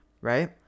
right